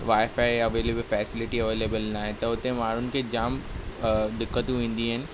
Y फाए available फैसिलिटियूं available ना आहे त उते माण्हूं खे जाम दिक़त ईंदियूं आहिनि